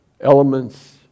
elements